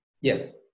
Yes